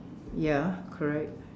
ya correct